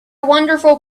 wonderful